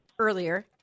Earlier